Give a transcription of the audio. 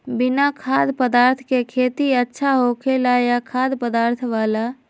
बिना खाद्य पदार्थ के खेती अच्छा होखेला या खाद्य पदार्थ वाला?